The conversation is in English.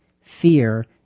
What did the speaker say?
fear